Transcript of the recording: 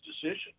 decision